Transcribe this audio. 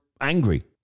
angry